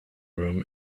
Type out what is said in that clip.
room